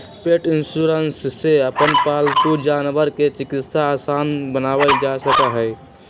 पेट insurance से अपन पालतू जानवर के चिकित्सा आसान बनावल जा सका हई